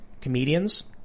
comedians